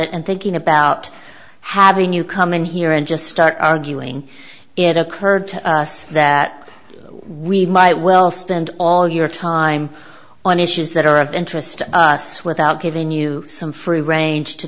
it and thinking about having you come in here and just start arguing it occurred to us that we might well spend all your time on issues that are of interest to us without giving you some free range to